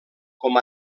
com